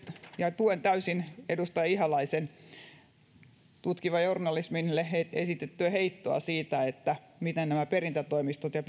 ja tuen täysin edustaja ihalaisen tutkivalle journalismille esittämää heittoa siitä että miten nämä perintätoimistot ja